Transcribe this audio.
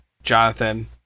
Jonathan